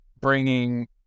bringing